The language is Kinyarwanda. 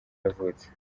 yavutse